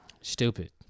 stupid